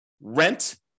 rent